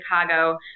Chicago